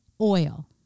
oil